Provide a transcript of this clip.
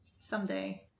Someday